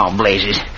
blazes